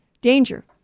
Danger